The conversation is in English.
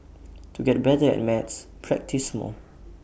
to get better at maths practise more